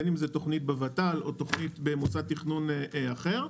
בין אם זה תוכנית בוותמ"ל או תוכנית במוסד תכנון אחר,